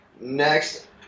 next